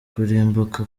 kurimbuka